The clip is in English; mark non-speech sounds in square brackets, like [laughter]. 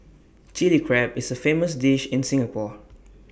Chilli Crab is A famous dish in Singapore [noise]